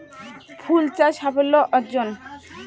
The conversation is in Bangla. ফুল চাষ সাফল্য অর্জন?